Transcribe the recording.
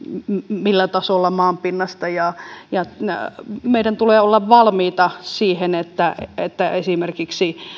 millä tasolla maanpinnasta liikenne kulkee tulevaisuudessa meidän tulee olla valmiita siihen että että esimerkiksi